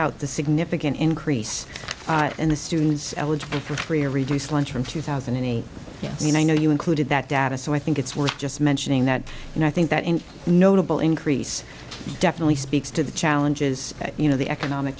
out the significant increase in the students eligible for free or reduced lunch from two thousand and eight and i know you included that data so i think it's worth just mentioning that and i think that any notable increase definitely speaks to the challenges that you know the economic